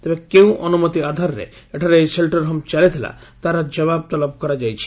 ତେବେ କେଉଁ ଅନୁମତି ଆଧାରରେ ଏଠାରେ ଏହି ସେଲଟର ହୋମ୍ ଚାଲିଥିଲା ତାହାର ଜବାବ ତଲବ କରାଯାଇଛି